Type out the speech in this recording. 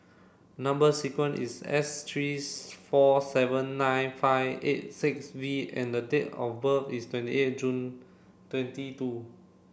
number sequence is S three four seven nine five eight six V and the date of birth is twenty eight June twenty two